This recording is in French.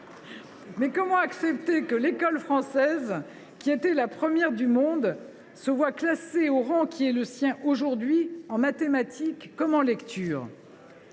« Comment accepter que l’école française, qui était la première du monde, soit classée au rang qui est le sien aujourd’hui, en mathématiques comme en lecture ?